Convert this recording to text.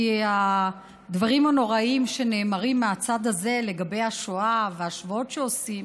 כי הדברים הנוראיים שנאמרים מהצד הזה לגבי השואה וההשוואות שעושים